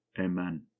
Amen